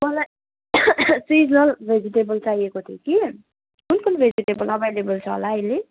मलाई seasonal vegetable चाहिएको थियो कि कुन कुन भेजिटेबल अभाइलेबल छ होला अहिले